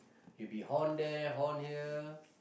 you'll be horn there horn here